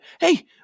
hey